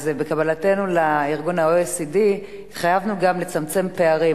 אז בקבלתנו ל-OECD התחייבנו גם לצמצם פערים.